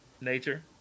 Nature